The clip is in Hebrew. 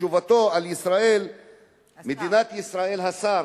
בתשובתו על מדינת ישראל, השר.